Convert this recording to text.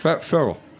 Feral